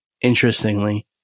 interestingly